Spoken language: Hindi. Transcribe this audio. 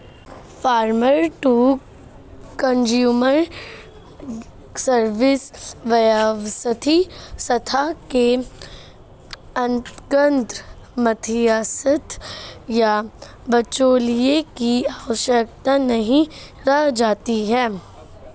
फार्मर टू कंज्यूमर सर्विस व्यवस्था के अंतर्गत मध्यस्थ या बिचौलिए की आवश्यकता नहीं रह जाती है